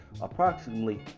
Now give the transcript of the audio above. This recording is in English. approximately